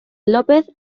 lopez